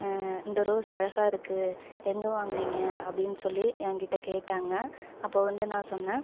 இந்த ரோஸ் அழகாகருக்கு எங்கே வாங்கினிங்க அப்படின் சொல்லி என்கிட்ட கேட்டாங்க அப்போ வந்து நான் சொன்னேன்